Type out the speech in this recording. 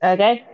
Okay